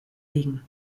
liegen